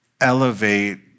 elevate